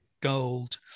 gold